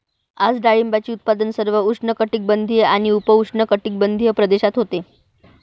आज डाळिंबाचे उत्पादन सर्व उष्णकटिबंधीय आणि उपउष्णकटिबंधीय प्रदेशात होते